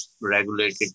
regulated